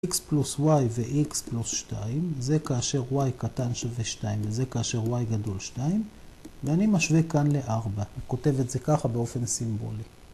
x פלוס y וx פלוס 2 זה כאשר y קטן שווה 2 וזה כאשר y גדול 2 ואני משווה כאן ל4, אני כותב את זה ככה באופן סימבולי.